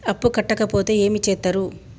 అప్పు కట్టకపోతే ఏమి చేత్తరు?